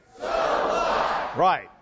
Right